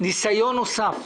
ניסיון נוסף,